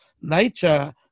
nature